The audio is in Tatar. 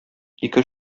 ике